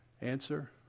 Answer